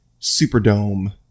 Superdome